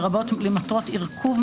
לרבות למטרות ארכוב,